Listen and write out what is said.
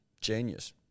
Genius